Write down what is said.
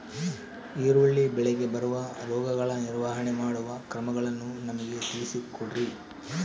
ಈರುಳ್ಳಿ ಬೆಳೆಗೆ ಬರುವ ರೋಗಗಳ ನಿರ್ವಹಣೆ ಮಾಡುವ ಕ್ರಮಗಳನ್ನು ನಮಗೆ ತಿಳಿಸಿ ಕೊಡ್ರಿ?